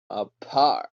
apart